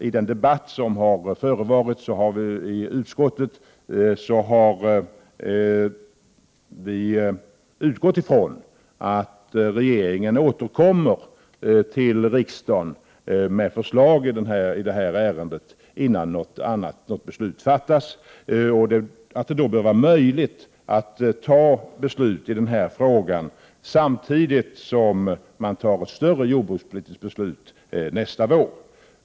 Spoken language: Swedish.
I den debatt som har förevarit i utskottet har vi utgått ifrån att regeringen återkommer till riksdagen med förslag i det här ärendet, innan något beslut fattas. Det bör då vara möjligt att fatta beslut i den här frågan samtidigt som ett större jordbrukspolitiskt beslut fattas nästa vår.